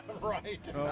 right